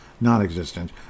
Non-existent